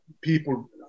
people